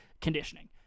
conditioning